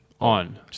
On